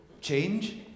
Change